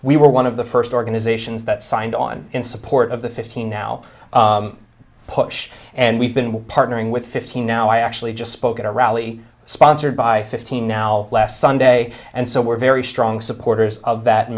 we were one of the first organizations that signed on in support of the fifteen now push and we've been partnering with fifty now i actually just spoke at a rally sponsored by fifteen now last sunday and so we're very strong supporters of that